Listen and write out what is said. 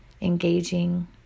engaging